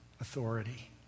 authority